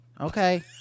Okay